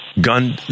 gun